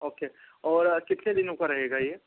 okay और कितने दिनों का रहेगा ये